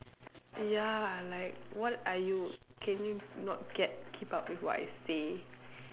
ya like what are you can you not get keep up with what I say